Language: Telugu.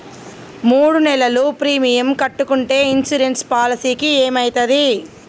మూడు నెలలు ప్రీమియం కట్టకుంటే ఇన్సూరెన్స్ పాలసీకి ఏమైతది?